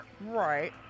Right